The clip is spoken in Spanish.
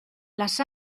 las